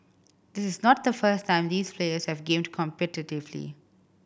this is not the first time these players have gamed competitively